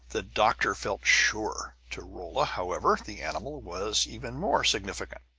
the doctor felt sure. to rolla, however, the animal was even more significant.